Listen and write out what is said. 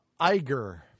Iger